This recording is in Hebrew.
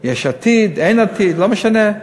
יש עתיד, אין עתיד, לא משנה,